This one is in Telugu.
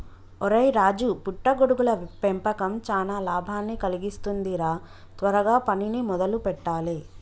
ఒరై రాజు పుట్ట గొడుగుల పెంపకం చానా లాభాన్ని కలిగిస్తుంది రా త్వరగా పనిని మొదలు పెట్టాలే